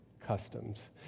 customs